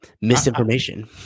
misinformation